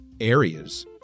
areas